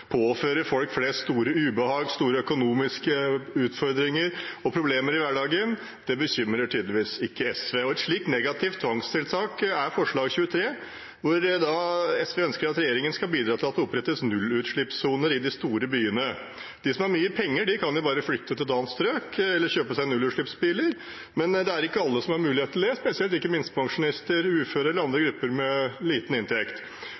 påfører folk flest stort ubehag, store økonomiske utfordringer og problemer i hverdagen. Det bekymrer tydeligvis ikke SV. Og et slikt negativt tvangstiltak er forslag nr. 23, der SV ønsker at regjeringen skal bidra til at det opprettes nullutslippssoner i de store byene. De som har mye penger, kan jo bare flytte til et annet strøk eller kjøpe seg nullutslippsbiler, men det er ikke alle som har mulighet til det, spesielt ikke minstepensjonister, uføre eller andre grupper med liten inntekt.